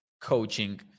coaching